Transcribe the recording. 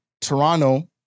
Toronto